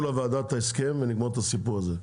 לוועדה את ההסכם ונגמור את הסיפור הזה.